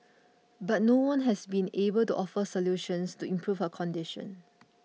but no one has been able to offer solutions to improve her condition